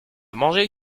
mangé